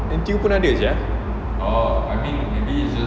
N_T_U pun ada sia